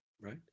Right